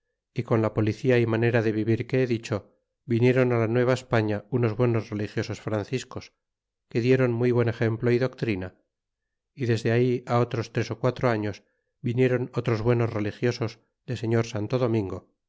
y con la policia y manera de vivir que he dicho vinieron la nueva españa unos buenos religiosos franciscos que dieron muy buen exemplo y doctrina y desde ahí otros tres ó quatro años vinieron otros buenos religiosos de señor santo domingo